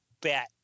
bet